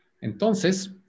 entonces